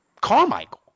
Carmichael